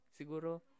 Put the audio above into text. siguro